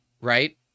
right